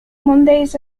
mondays